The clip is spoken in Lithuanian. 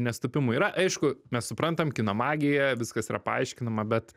nesutapimų yra aišku mes suprantam kino magija viskas yra paaiškinama bet